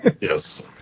Yes